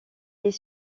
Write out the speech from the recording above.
est